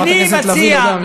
חברת הכנסת לביא, לא בעמידה.